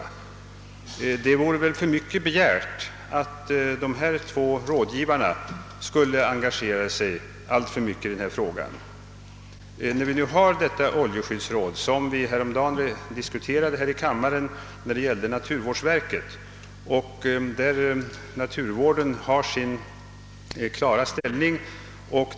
Det vore väl för mycket begärt att dessa två rådgivare skulle nämnvärt engagera sig i den här frågan. Vi har detta oljeskyddsråd, som vi häromdagen diskuterade här i kammaren när det gällde naturvårdsverket och där naturvården har sin klara uppgift.